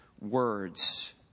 words